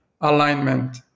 alignment